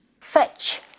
Fetch